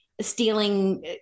stealing